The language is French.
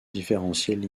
différentielles